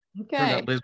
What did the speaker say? Okay